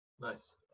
Nice